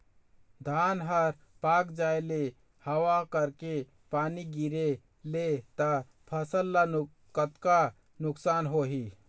धान हर पाक जाय ले हवा करके पानी गिरे ले त फसल ला कतका नुकसान होही?